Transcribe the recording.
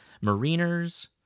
mariners